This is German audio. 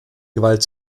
gewalt